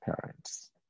parents